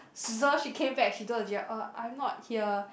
so she came back she told the teacher oh I'm not here